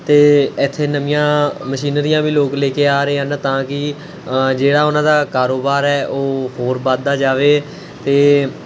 ਅਤੇ ਇੱਥੇ ਨਵੀਆਂ ਮਸ਼ੀਨਰੀਆਂ ਵੀ ਲੋਕ ਲੈ ਕੇ ਆ ਰਹੇ ਹਨ ਤਾਂ ਕਿ ਜਿਹੜਾ ਉਹਨਾਂ ਦਾ ਕਾਰੋਬਾਰ ਹੈ ਉਹ ਹੋਰ ਵੱਧਦਾ ਜਾਵੇ ਅਤੇ